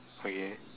okay